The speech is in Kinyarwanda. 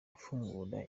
afungura